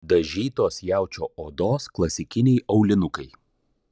dažytos jaučio odos klasikiniai aulinukai